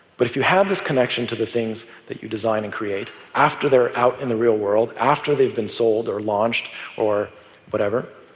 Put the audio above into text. but if you had this connection to the things that you design and create after they're out in the real world, after they've been sold or launched or whatever,